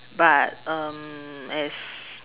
but um as